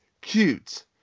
cute